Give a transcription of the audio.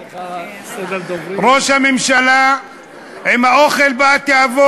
חברי, יש יותר מדי אנשים, והרעש הוא לכל כיוון.